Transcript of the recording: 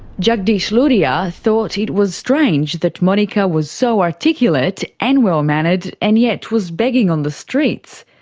jagdish lodhia thought it was strange that monika was so articulate and well-mannered and yet was begging on the streets.